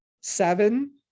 seven